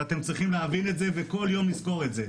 ואתם צריכים להבין את זה וכל יום לזכור את זה,